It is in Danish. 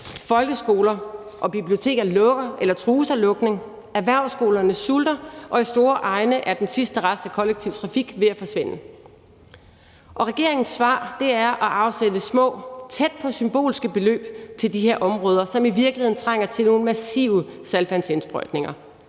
Folkeskoler og biblioteker lukker eller trues af lukning. Erhvervsskolerne sulter, og i store egne er den sidste rest af kollektiv trafik ved at forsvinde. Og regeringens svar er at afsætte små og tæt på symbolske beløb til de her områder, som i virkeligheden trænger til nogle massive saltvandsindsprøjtninger.